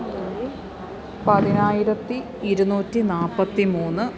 പതിനായിരത്തി ഇരുന്നൂറ്റി നാൽപ്പത്തി മൂന്ന്